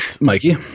Mikey